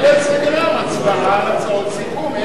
תקראי את סדר-היום, הצבעה על הצעות סיכום.